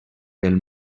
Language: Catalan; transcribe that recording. del